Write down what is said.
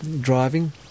driving